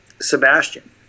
Sebastian